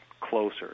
closer